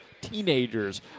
teenagers